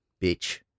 Bitch